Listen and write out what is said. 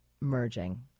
merging